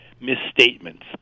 misstatements